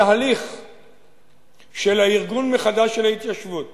התהליך של הארגון מחדש של ההתיישבות